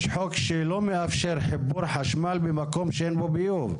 יש חוק שלא מאפשר חיבור חשמל ממקום שאין בו ביוב,